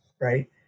right